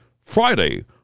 Friday